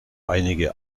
einige